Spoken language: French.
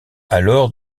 alors